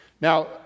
Now